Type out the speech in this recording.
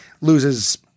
loses